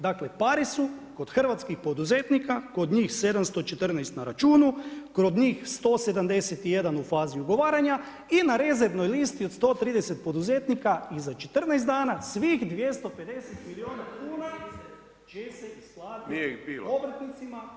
Dakle pare su kod hrvatskih poduzetnika, kod njih 714 na računu, kod njih 171 u fazi odgovaranja i na rezervnoj listi od 130 poduzetnika i za 14 dana svih 250 milijuna kuna će se isplatiti obrtnicima…